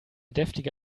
deftige